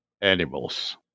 animals